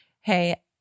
hey